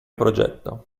progetto